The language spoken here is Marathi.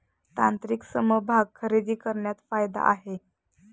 तांत्रिक समभाग खरेदी करण्यात फायदा आहे